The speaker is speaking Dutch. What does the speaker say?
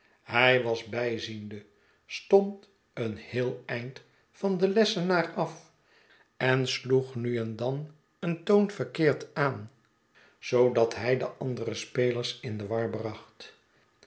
hij was bijziende stond een heel eind van den lessenaar af en sloeg nu en dan een toon verkeerd aan zoodat hij de andere spelers in de war bracht